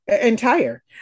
entire